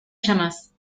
llamas